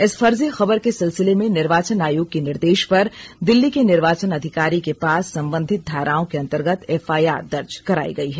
इस फर्जी खबर के सिलसिले में निर्वाचन आयोग के निर्देश पर दिल्ली के निर्वाचन अधिकारी के पास संबंधित धाराओं के अंतर्गत एफआईआर दर्ज कराई गई है